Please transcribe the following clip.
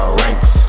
ranks